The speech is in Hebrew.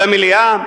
למליאה,